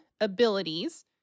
abilities